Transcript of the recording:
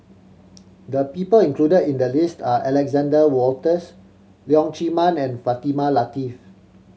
the people included in the list are Alexander Wolters Leong Chee Mun and Fatimah Lateef